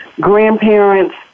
grandparents